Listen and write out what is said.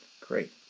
Great